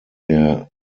der